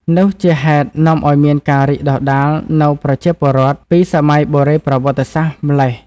នោះជាហេតុនាំឱ្យមានការរីកដុះដាលនូវប្រជាពលរដ្ឋ ពីសម័យបុរេប្រវត្តិសាស្រ្តម៉្លេះ។